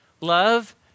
Love